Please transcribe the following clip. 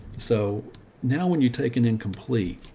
so now when you take an incomplete,